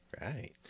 Right